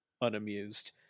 unamused